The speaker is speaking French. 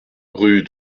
rue